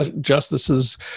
Justices